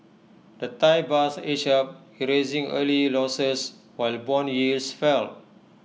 the Thai bahts edged up erasing early losses while Bond yields fell